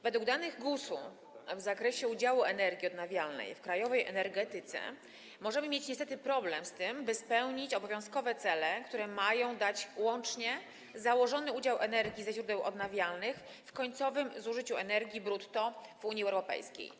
Według danych GUS-u w zakresie udziału energii odnawialnej w krajowej energetyce możemy mieć niestety problem z tym, by spełnić obowiązkowe cele, które łącznie mają dać założony udział energii ze źródeł odnawialnych w końcowym zużyciu energii brutto w Unii Europejskiej.